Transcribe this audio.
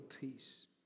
peace